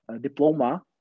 diploma